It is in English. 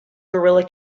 guerilla